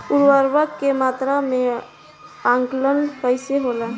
उर्वरक के मात्रा के आंकलन कईसे होला?